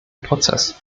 prozess